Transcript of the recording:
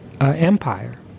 empire